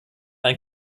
ein